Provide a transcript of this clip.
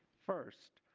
first,